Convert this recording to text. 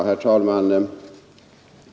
Herr talman!